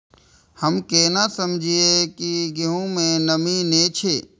हम केना समझये की गेहूं में नमी ने छे?